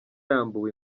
yambuwe